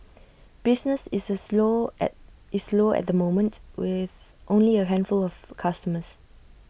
business is slow at is slow at the moment with only A handful of customers